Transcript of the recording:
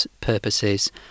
purposes